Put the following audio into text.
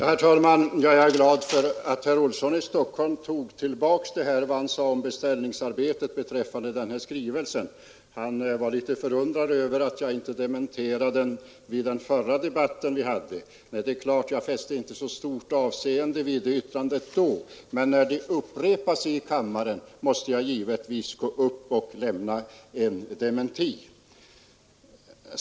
Herr talman! Jag är glad för att herr Olsson i Stockholm tog tillbaka vad han sade om beställningsarbete beträffande skrivelsen från Pensionärernas riksorganisation. Han var litet förundrad över att jag inte dementerade det påståendet i den förra debatten vi hade. Jag fäste inte så stort avseende vid yttrandet då, men när det upprepas i kammaren måste jag givetvis lämna en dementi.